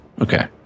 Okay